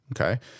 okay